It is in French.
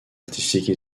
artistique